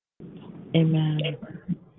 amen